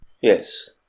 Yes